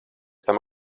tam